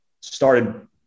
started